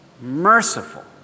merciful